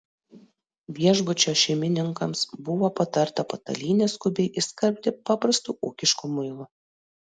viešbučio šeimininkams buvo patarta patalynę skubiai išskalbti paprastu ūkišku muilu